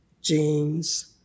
jeans